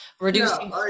reducing